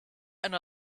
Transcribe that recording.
and